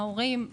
ההורים,